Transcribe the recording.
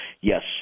Yes